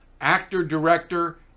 actor-director